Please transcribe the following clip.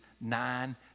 nine